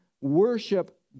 worship